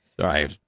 Sorry